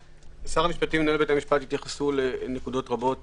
שר המשפט ומנהל בתי המשפט התייחסו לנקודות רבות